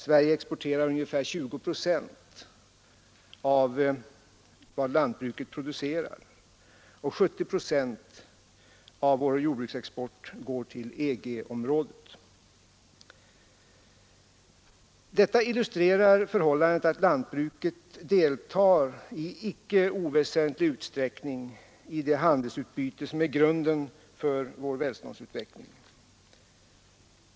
Sverige exporterar ungefär 20 procent av vad lantbruket producerar, och 70 procent av vår jordbruksexport går till EG-området. Detta illustrerar förhållandet att lantbruket deltar i inte oväsentlig utsträckning i det handelsutbyte som är grunden för vår välståndsutveckling.